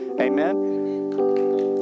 Amen